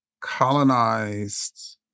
colonized